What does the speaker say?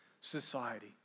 society